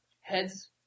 Heads